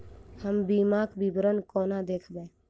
हम बीमाक विवरण कोना देखबै?